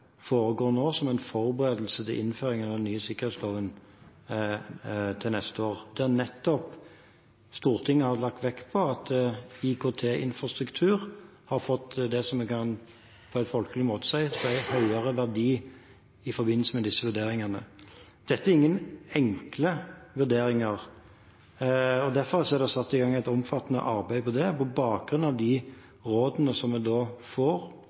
foregår nå som en forberedelse til innføring av den nye sikkerhetsloven til neste år, der Stortinget nettopp har lagt vekt på at IKT-infrastruktur har fått det som en på en folkelig måte kan kalle høyere verdi, i forbindelse med disse vurderingene. Dette er ingen enkle vurderinger. Derfor er det satt i gang et omfattende arbeid på det, og på bakgrunn av de rådene vi får og den gjennomgangen man har, vil selvfølgelig departementet som